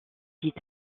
dit